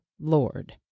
Lord